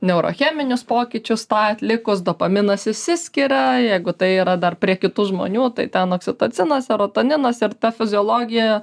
neurocheminius pokyčius tą atlikus dopaminas išsiskiria jeigu tai yra dar prie kitų žmonių tai ten oksitocinas serotoninas ir ta fiziologija